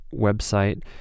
website